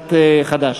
סיעת חד"ש.